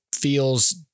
Feels